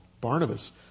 Barnabas